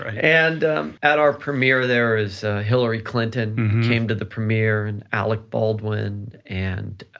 and at our premiere, there is hillary clinton came to the premiere and alec baldwin and